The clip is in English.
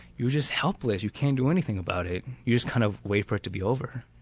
you're just helpless, you can't do anything about it, you just kind of wait for it to be over.